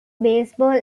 baseball